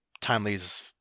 Timely's